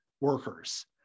workers